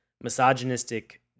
misogynistic